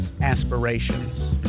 aspirations